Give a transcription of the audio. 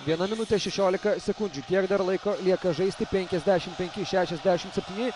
viena minutė šešiolika sekundžių tiek dar laiko lieka žaisti penkiasdešim penki šešiasdešim septyni